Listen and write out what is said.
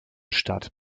statt